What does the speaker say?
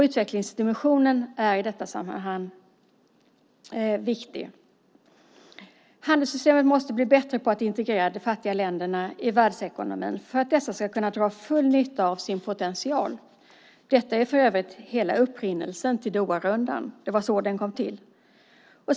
Utvecklingsdimensionen är viktig i detta sammanhang. Handelssystemet måste bli bättre på att integrera de fattiga länderna i världsekonomin för att de ska kunna dra full nytta av sin potential. Detta är för övrigt hela upprinnelsen till Doharundan. Det var så den kom till.